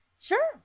Sure